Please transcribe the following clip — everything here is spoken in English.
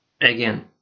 again